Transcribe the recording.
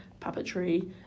puppetry